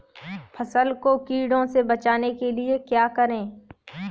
फसल को कीड़ों से बचाने के लिए क्या करें?